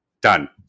Done